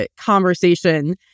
conversation